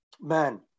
Man